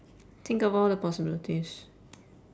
think about all the possibilities